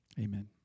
amen